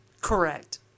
Correct